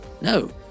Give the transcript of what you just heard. no